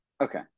Okay